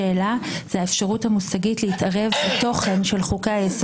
שתוגש עתירה על תוקפו של חוק יסוד,